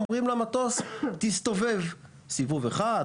אומרים למטוס תסתובב סיבוב אחד,